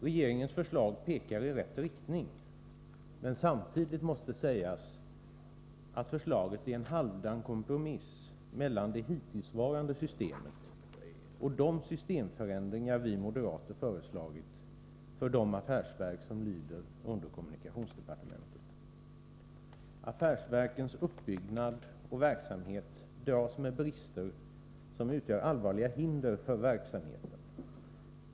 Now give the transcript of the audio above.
Regeringens förslag pekar i rätt riktning, men samtidigt måste sägas att förslaget är en halvdan kompromiss mellan det hittillsvarande systemet och de systemförändringar vi moderater föreslagit för de affärsverk som lyder under kommunikationsdepartementet. Affärsverkens uppbyggnad och verksamhet dras med brister som utgör allvarliga hinder för verksamheten.